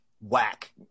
Whack